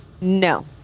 No